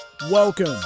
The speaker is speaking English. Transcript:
Welcome